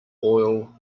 oil